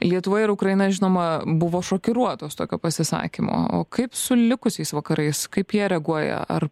lietuvoje ir ukraina žinoma buvo šokiruotos tokio pasisakymo o kaip su likusiais vakarais kaip jie reaguoja ar